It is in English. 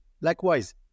Likewise